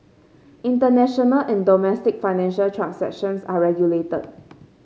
international and domestic financial transactions are regulated